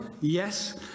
yes